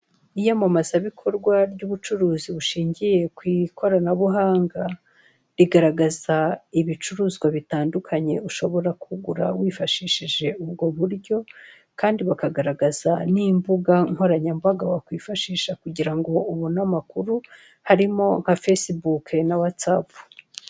Iyamabazabikorwa ry'ubucuruzi bushingiye ku ikoranabuhanga, rigaragaza ibicuruzwa bitandukanye ushobora kugura wifashishije ubwo buryo kandi bakagaragaz n'imbugankoranyambaga wakwifashisha kugira ngo ubone amakuru, harimo nka fesibuke na watsapu.